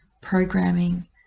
programming